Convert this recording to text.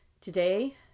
Today